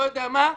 לא יודע מה,